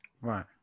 right